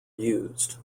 used